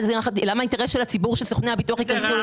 למה האינטרס של הציבור שסוכני הביטוח ייכנסו?